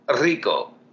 Rico